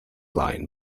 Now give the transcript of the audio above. line